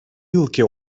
yılki